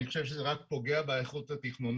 אני חושב שזה רק פוגע באיכות התכנונית.